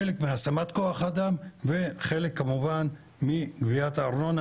חלק מהשמת כוח האדם וחלק כמובן מגביית הארנונה,